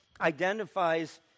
identifies